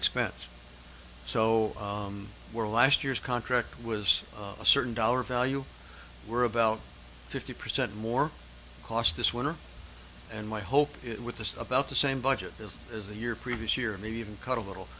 expense so were last year's contract was a certain dollar value were about fifty percent more cost this winter and my hope it with the about the same budget is as the year previous year or maybe even cut a little